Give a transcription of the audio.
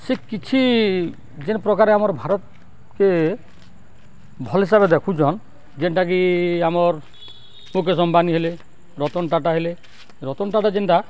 ସେ କିଛି ଯେନ୍ ପ୍ରକାରେ ଆମର୍ ଭାରତ୍କେ ଭଲ୍ ହିସାବେ ଦେଖୁଛନ୍ ଯେନ୍ଟାକି ଆମର୍ ମୁକେଶ୍ ଅମ୍ବାନୀ ହେଲେ ରତନ୍ ଟାଟା ହେଲେ ରତନ୍ ଟାଟା ଯେନ୍ତା